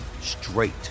straight